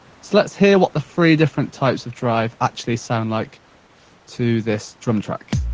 so, let's hear what the three different types of drive actually sound like to this drum track.